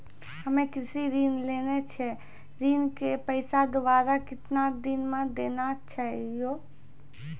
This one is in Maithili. हम्मे कृषि ऋण लेने छी ऋण के पैसा दोबारा कितना दिन मे देना छै यो?